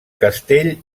castell